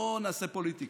לא נעשה פוליטיקה.